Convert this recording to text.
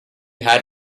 had